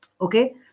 Okay